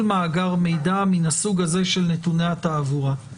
מאגר מידע מן הסוג הזה של נתוני התעבורה.